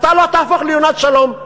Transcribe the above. אתה לא תהפוך ליונת שלום.